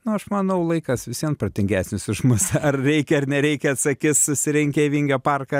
nu aš manau laikas vis vien protingesnis už mus ar reikia ar nereikia atsakys susirinkę į vingio parką